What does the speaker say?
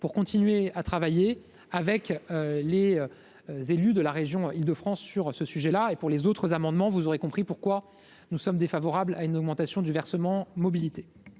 pour continuer de travailler sur ce sujet avec les élus de la région Île-de-France. En ce qui concerne les autres amendements, vous aurez compris pourquoi nous sommes défavorables à une augmentation du versement mobilité.